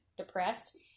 depressed